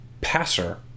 passer